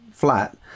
Flat